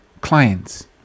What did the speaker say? clients